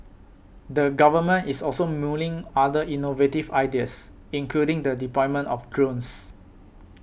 the Government is also mulling other innovative ideas including the deployment of drones